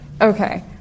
Okay